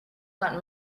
not